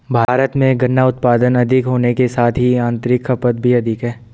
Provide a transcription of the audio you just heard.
भारत में गन्ना उत्पादन अधिक होने के साथ ही आतंरिक खपत भी अधिक है